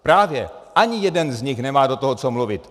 Právě, ani jeden z nich nemá do toho co mluvit.